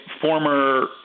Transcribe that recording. former